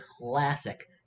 classic